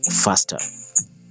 faster